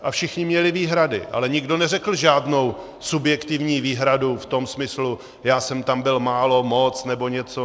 A všichni měli výhrady, ale nikdo neřekl žádnou subjektivní výhradu v tom smyslu: Já jsem tam byl málo, moc nebo něco.